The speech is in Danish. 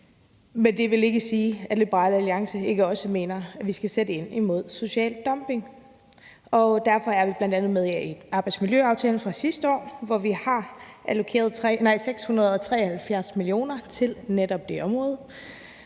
Men det vil ikke sige, at Liberal Alliance ikke også mener, at vi skal sætte ind imod social dumping. Derfor er vi bl.a. med i arbejdsmiljøaftalen fra sidste år, hvor vi har allokeret 673 mio. kr. til netop det område,